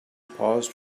paused